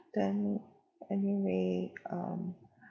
then anyway um